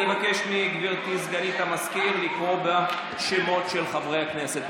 אבקש מגברתי סגנית המזכיר לקרוא בשמות של חברי הכנסת.